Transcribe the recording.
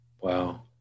Wow